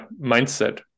mindset